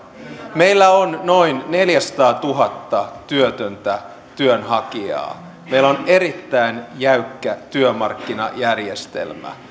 meillä on noin neljäsataatuhatta työtöntä työnhakijaa meillä on erittäin jäykkä työmarkkinajärjestelmä